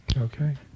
Okay